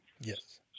Yes